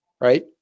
right